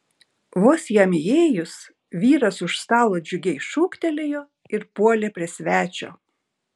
vos jam įėjus vyras už stalo džiugiai šūktelėjo ir puolė prie svečio